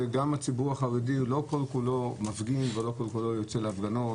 גם הציבור החרדי לא כל כולו מפגין ולא כל כולו יוצא להפגנות,